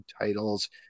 titles